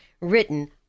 written